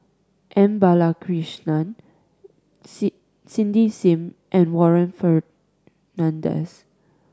M Balakrishnan C Cindy Sim and Warren Fernandez